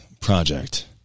Project